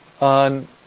on